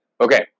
Okay